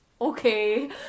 Okay